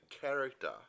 character